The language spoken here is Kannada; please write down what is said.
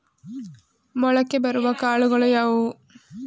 ಮೊಳಕೆ ಬರುವ ಕಾಳುಗಳು ಯಾವುವು?